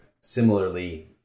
similarly